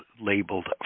labeled